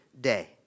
day